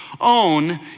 Own